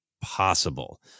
possible